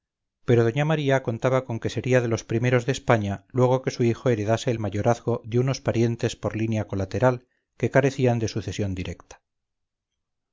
pero doña maría contaba con que sería de los primeros de españa luego que su hijo heredase el mayorazgo de unos parientes por línea colateral que carecían de sucesión directa